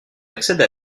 accède